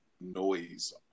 noise